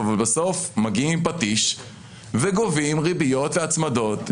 אבל בסוף מגיעים עם פטיש וגובים ריביות והצמדות,